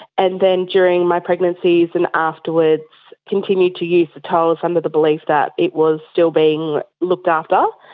and then during my pregnancies and afterwards continued to use the tolls under the belief that it was still being looked after.